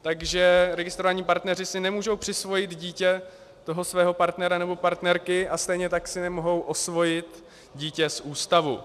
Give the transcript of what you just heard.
Takže registrovaní partneři si nemůžou přiosvojit dítě svého partnera nebo partnerky a stejně tak si nemohou osvojit dítě z ústavu.